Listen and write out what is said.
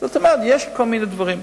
זאת אומרת, יש כל מיני דברים.